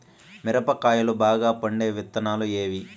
మిరప కాయలు బాగా పండే విత్తనాలు ఏవి